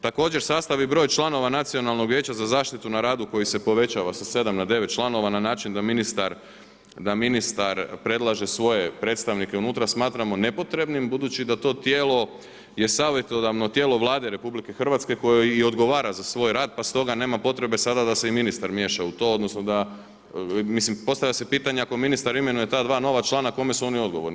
Također, sastavni broj članova Nacionalnog vijeća za zaštitu na radu koji se povećava sa 7 na 9 članova na način da ministar predlaže svoje predstavnike unutra, smatramo nepotrebnim budući da to tijelo je savjetodavno tijelo Vlade RH kojoj i odgovara za svoj rad pa stoga nema potrebe sada da se i ministar miješa u to, mislim postavlja pitanje ako ministar imenuje ta 2 nova člana, kome su oni odgovorni?